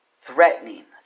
Threatening